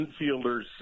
infielders